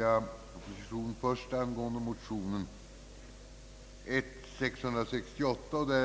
jag anhålla om ledighet från riksdagsarbetet under tiden den 25—den 28 april 1967 för deltagande i Europarådets session i Strasbourg.